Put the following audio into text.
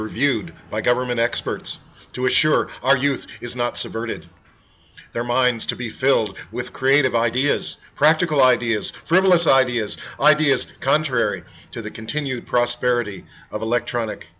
reviewed by government experts to assure our youth is not subverted their minds to be filled with creative ideas practical ideas frivolous ideas ideas country to the continued prosperity of electronic